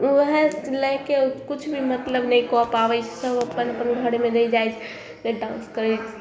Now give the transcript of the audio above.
उएह लए कऽ किछु भी मतलब नहि कऽ पाबै छै सभ अपन अपन घरमे रहि जाइ के डांस करै